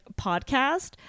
podcast